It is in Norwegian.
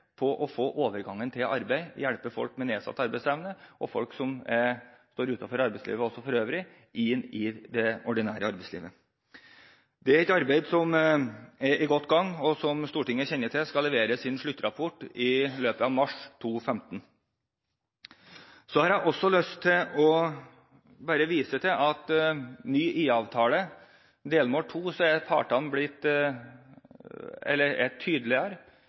på hvordan vi kan lykkes bedre med overgangen til arbeid, hjelpe folk med nedsatt arbeidsevne og folk som står utenfor arbeidslivet også for øvrig, inn i det ordinære arbeidslivet. Det er et arbeid som er godt i gang, og utvalget skal, som Stortinget kjenner til, levere sin sluttrapport i løpet av mars 2015. Jeg har også lyst til å vise til at et spisset delmål 2 og tydeligere